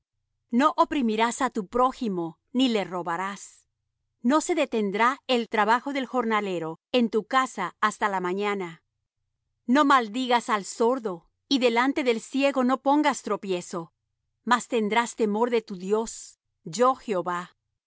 no oprimirás á tu prójimo ni le robarás no se detendrá el trabajo del jornalero en tu casa hasta la mañana no maldigas al sordo y delante del ciego no pongas tropiezo mas tendrás temor de tu dios yo jehová